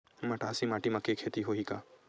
मटासी माटी म के खेती होही का?